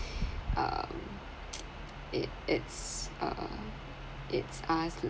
um it it's uh it's us